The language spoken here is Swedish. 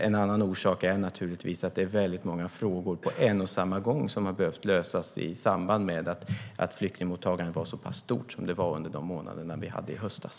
En annan orsak är naturligtvis att det är väldigt många frågor som har behövt lösas på en och samma gång i samband med att flyktingmottagandet var så pass stort som det var under månaderna i höstas.